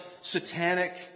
satanic